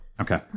okay